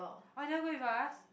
oh you never go with us